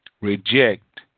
reject